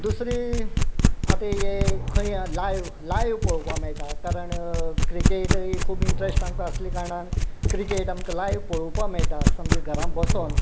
दुसरी आतां हे खंय लायव्ह लायव्ह पळोवपा मेळटा कारण क्रिकेटीन खूब इंट्रस्ट आमकां आसले कारणान क्रिकेट आमकां लायव्ह पळोवपा मेळटा सामके घरां बसोन